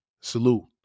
Salute